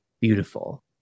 beautiful